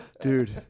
Dude